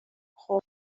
خوب